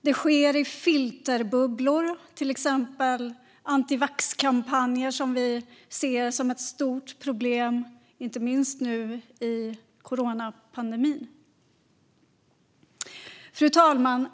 Det sker i filterbubblor, till exempel antivaccinationskampanjer som vi ser som ett stort problem inte minst nu under coronapandemin. Fru talman!